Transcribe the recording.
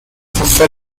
for